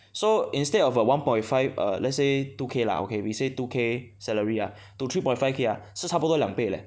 so instead of a one point five err let's say two K lah okay we say two K salary ah to three point five K ah 是差不多两倍 leh